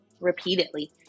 repeatedly